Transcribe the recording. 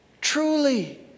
truly